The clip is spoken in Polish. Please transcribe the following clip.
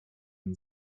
nie